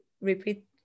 repeat